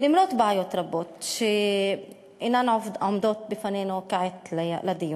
למרות בעיות רבות שאינן עומדות בפנינו כעת לדיון.